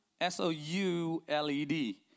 S-O-U-L-E-D